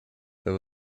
there